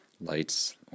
lights